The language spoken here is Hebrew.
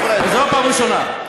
לך אין מושג.